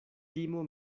timo